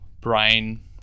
brain